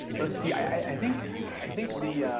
let's see, i think i think the